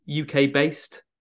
UK-based